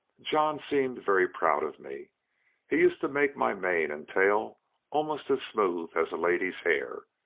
john seemed very proud of me he used to make my mane and tail almost as smooth as a lady's hair,